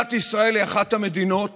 מדינת ישראל היא אחת המדינות